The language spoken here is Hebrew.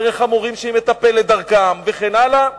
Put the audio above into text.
דרך המורים שהיא מטפלת דרכם וכן הלאה,